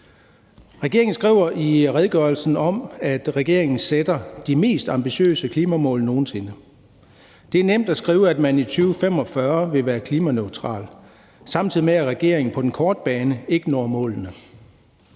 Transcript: Regeringen skriver i redegørelsen, at regeringen sætter de mest ambitiøse klimamål nogen sinde. Det er nemt at skrive, at man i 2045 vil være klimaneutral, samtidig med at regeringen på den korte bane ikke når målet,